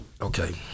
Okay